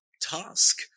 task